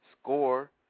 score